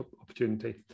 opportunity